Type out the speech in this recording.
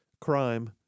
crime